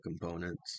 components